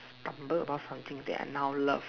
stumble upon something that I now love